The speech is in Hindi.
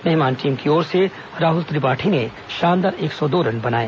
मेहमान टीम की ओर से राहुल त्रिपाठी ने शानदार एक सौ दो रन बनाए